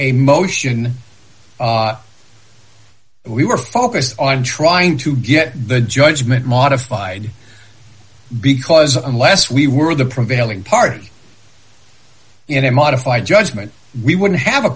a motion we were focused on trying to get the judgment modified because unless we were the prevailing party in a modified judgment we wouldn't have a